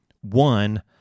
One